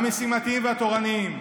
המשימתיים והתורניים,